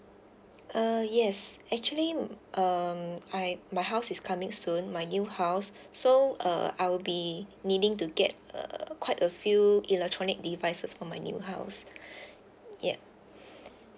uh yes actually um I my house is coming soon my new house so uh I'll be needing to get uh quite a few electronic devices for my new house yup